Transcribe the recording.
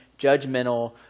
judgmental